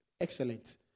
Excellent